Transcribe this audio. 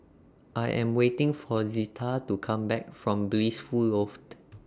I Am waiting For Zita to Come Back from Blissful Loft